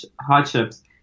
hardships